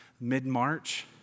mid-March